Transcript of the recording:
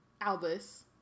Albus